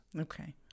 Okay